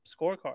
scorecard